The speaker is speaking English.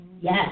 yes